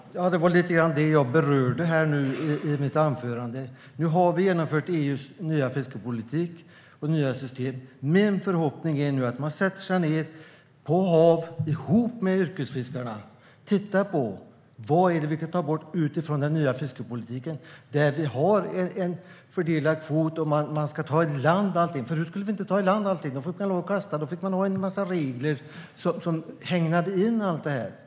Herr talman! Ja, det var lite grann det jag berörde i mitt anförande. Nu har vi genomfört EU:s nya fiskeripolitik och nya system. Min förhoppning är nu att man sätter sig ned på HaV ihop med yrkesfiskarna och tittar på: Vad är det vi kan ta bort utifrån den nya fiskeripolitiken? Där har vi en fördelad kvot, och man ska ta i land allting. Förut skulle vi inte ta i land allting. Då fick man lov att kasta. Då fick man ha en massa regler som hägnade in allt det här.